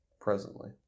presently